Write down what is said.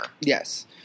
Yes